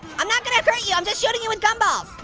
i'm not gonna hurt you, i'm just shooting you with gumballs.